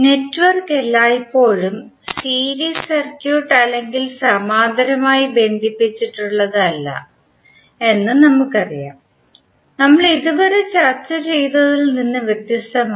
network എല്ലായ്പ്പോഴും series circuit അല്ലെങ്കിൽ സമാന്തരമായി ബന്ധിപ്പിച്ചിട്ടുള്ളത് അല്ല എന്ന് നമുക്കറിയാം നമ്മൾ ഇതുവരെ ചർച്ച ചെയ്തതിൽ നിന്ന് വ്യത്യസ്തമായി